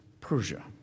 Persia